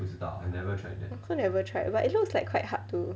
I've also never tried but it looks like quite hard to